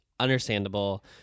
understandable